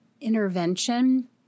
intervention